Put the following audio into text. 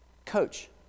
Coach